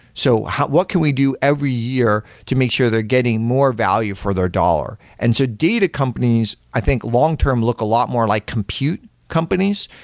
so what can we do every year to make sure they're getting more value for their dollar? and so data companies, i think long-term look a lot more like compute companies.